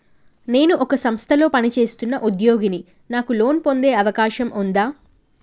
నేను ఒక సంస్థలో పనిచేస్తున్న ఉద్యోగిని నాకు లోను పొందే అవకాశం ఉందా?